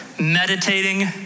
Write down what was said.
Meditating